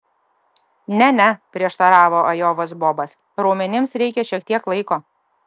ne ne prieštaravo ajovos bobas raumenims reikia šiek tiek laiko